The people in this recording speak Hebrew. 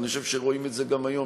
ואני חושב שרואים את זה גם היום,